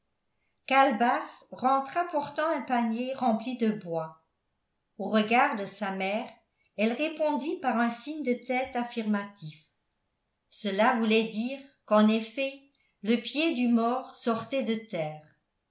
calebasse rentra portant un panier rempli de bois au regard de sa mère elle répondit par un signe de tête affirmatif cela voulait dire qu'en effet le pied du mort sortait de terre